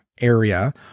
area